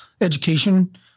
education